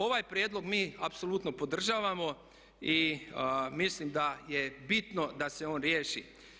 Ovaj prijedlog mi apsolutno podržavamo i mislim da je bitno da se on riješi.